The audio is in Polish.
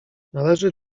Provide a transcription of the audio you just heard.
należy